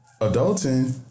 adulting